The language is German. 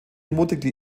ermutigte